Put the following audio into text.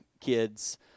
kids